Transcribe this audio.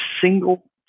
single